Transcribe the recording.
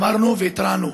אמרנו והתרענו: